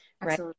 right